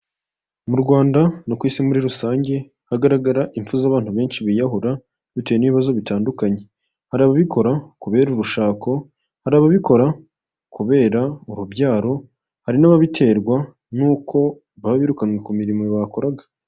Mu Rwanda no ku isi muri rusange hagaragara ipfu z'abantu benshi biyahura bitewe n'ibibazo bitandukanye. Hari ababikora kubera urushako, hari ababikora kubera urubyaro, hari n'ababiterwa nuko baba birukanywe ku mirimo bakoraga.